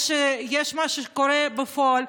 יש מה שקורה בפועל.